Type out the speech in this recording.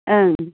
ओं